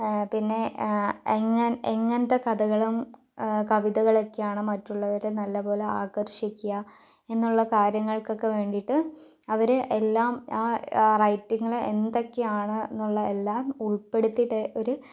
പിന്നെ എങ്ങ എങ്ങനത്തെ കഥകളും കവിതകളൊക്കെ മറ്റുള്ളവരെ നല്ലപോലെ ആകർഷിക്കുക എന്നുള്ള കാര്യങ്ങൾക്ക് ഒക്കെ വേണ്ടീട്ട് അവര് എല്ലാം ആ റൈറ്റിംഗില് എന്തൊക്കെയാണ് എന്നുള്ള എല്ലാം ഉൾപ്പെടുത്തിട്ട് ഒരു